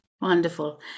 Wonderful